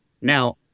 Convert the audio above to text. Now